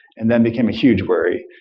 and then became a huge worry,